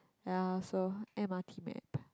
ya so m_r_t map